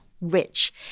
rich